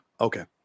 Okay